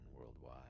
worldwide